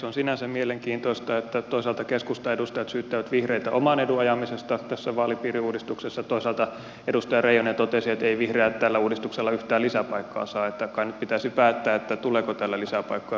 on sinänsä mielenkiintoista että toisaalta keskustan edustajat syyttävät vihreitä oman edun ajamisesta tässä vaalipiiriuudistuksessa ja toisaalta edustaja reijonen totesi että eivät vihreät tällä uudistuksella yhtään lisäpaikkaa saa niin että kai nyt pitäisi päättää tuleeko tällä lisäpaikkoja vihreille vai ei